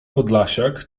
podlasiak